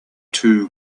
too